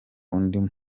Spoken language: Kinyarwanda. undi